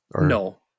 No